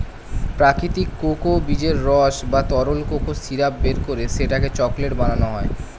প্রাকৃতিক কোকো বীজের রস বা তরল কোকো সিরাপ বের করে সেটাকে চকলেট বানানো হয়